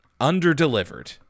under-delivered